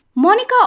Monica